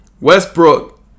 Westbrook